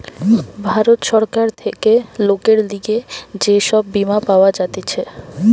ভারত সরকার থেকে লোকের লিগে যে সব বীমা পাওয়া যাতিছে